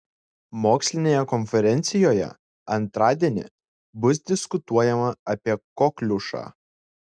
mokslinėje konferencijoje antradienį bus diskutuojama apie kokliušą